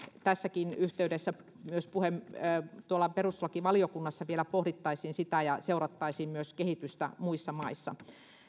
tässäkin yhteydessä perustuslakivaliokunnassa vielä pohdittaisiin sitä ja myös seurattaisiin kehitystä muissa maissa